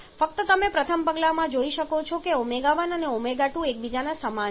ફક્ત તમે પ્રથમ પગલામાં જોઈ શકો છો કે ω1 અને ω2 એકબીજાના સમાન છે